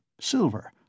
silver